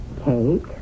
Cake